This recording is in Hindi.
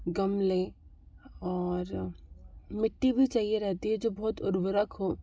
गमले और मिट्टी भी चाहिए रहती है जो बहुत उर्वरक हो